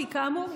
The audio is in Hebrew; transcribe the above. כי כאמור,